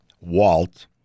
Walt